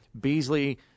Beasley